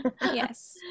Yes